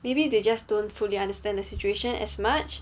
maybe they just don't fully understand the situation as much